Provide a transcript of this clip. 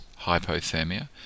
hypothermia